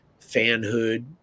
fanhood